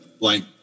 blank